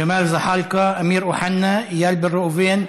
ג'מאל זחאלקה, אמיר אוחנה, איל בן ראובן,